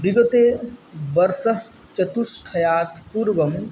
विगते वर्षचतुष्टयात् पूर्वं